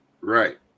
Right